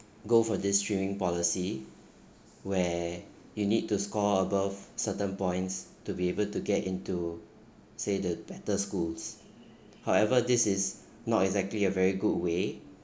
go for this streaming policy where you need to score above certain points to be able to get into say the better schools however this is not exactly a very good way